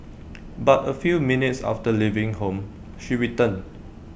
but A few minutes after leaving home she returned